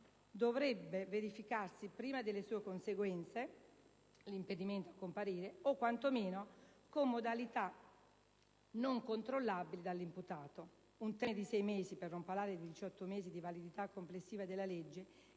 impeditivo dovrebbe verificarsi prima delle sue conseguenze (l'impedimento a comparire) o, quanto meno, con modalità non controllabili dall'imputato. Un termine di sei mesi - per non parlare dei diciotto mesi di validità complessiva della legge